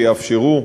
שיאפשרו